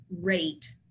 rate